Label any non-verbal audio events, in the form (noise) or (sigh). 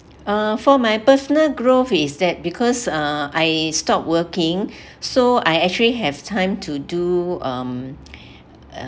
uh for my personal growth is that because uh I stopped working (breath) so I actually have time to do um